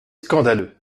scandaleux